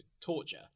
torture